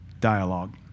dialogue